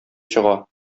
чыга